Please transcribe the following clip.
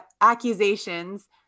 accusations